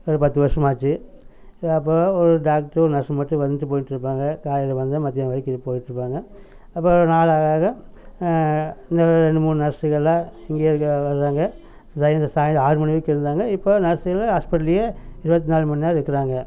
அது பத்து வருடமாச்சு அப்புறம் ஒரு டாக்ட்ரும் நர்ஸு மட்டும் வந்துட்டு போயிட்டுருப்பாங்க காலையில் வந்தால் மதியானம் வரைக்கும் போயிட்டுருப்பாங்க அப்புறம் நாளாக ஆக இன்னும் ரெண்டு மூணு நர்ஸுகள்லாம் இங்கேயே வருவாங்க சாயந்திரம் ஆறுமணி வரைக்கும் இருந்தாங்க இப்போ நர்ஸுகளும் ஹாஸ்பிட்டல்லேயே இருபத்தி நாலு மணி நேரம் இருக்கிறாங்க